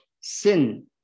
sin